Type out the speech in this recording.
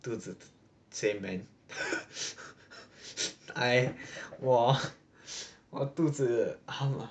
肚子 same man I 我我肚子疼